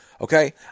Okay